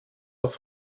auf